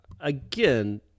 again